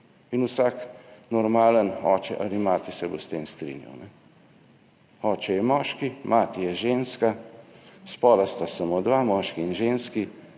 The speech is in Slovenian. Vsak normalen oče ali mati se bo s tem strinjal. Oče je moški, mati je ženska, spola sta samo dva, moški in ženski,